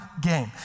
game